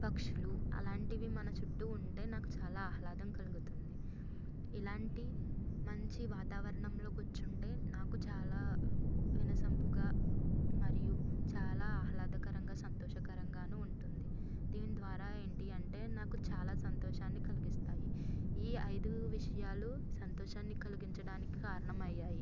పక్షులు అలాంటివి మన చుట్టు ఉంటే నాకు చాలా ఆహ్లాదం కలుగుతుంది ఇలాంటి మంచి వాతావరణంలో కూర్చుంటే నాకు చాలా వినసొంపుగా మరియు చాలా ఆహ్లాదకరంగా సంతోషకరంగా ఉంటుంది దీని ద్వారా ఏంటంటే నాకు చాలా సంతోషాన్ని కలిగిస్తాయి ఈ ఐదు విషయాలు సంతోషాన్ని కలిగించడానికి కారణం అయ్యాయి